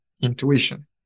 intuition